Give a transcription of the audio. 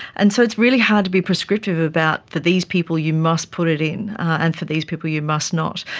and so it's really hard to be prescriptive about for these people you must put it in and for these people you must not.